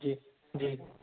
जी जी